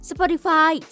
Spotify